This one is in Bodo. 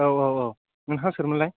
औ औ औ नोंथाङा सोरमोनलाय